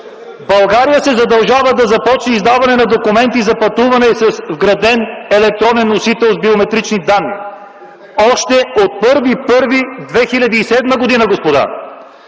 България се задължава да започне издаване на документи за пътуване с вграден електронен носител с биометрични данни още от 1.01.2007 г., господа!